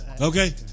Okay